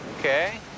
Okay